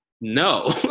no